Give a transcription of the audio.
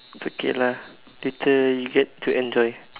it's okay lah later you get to enjoy